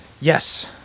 Yes